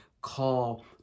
call